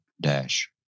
Dash